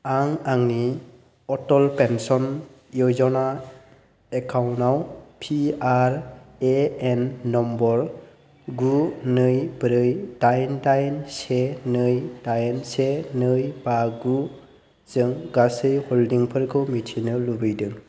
आं आंनि अटल पेन्सन य'जना एकाउन्टआव पिआरएएन नम्बर गु नै ब्रै दाइन दाइन से नै दाइन से नै बा गु जों गासै हल्डिंफोरखौ मिथिनो लुबैदों